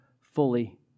fully